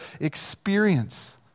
experience